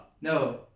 No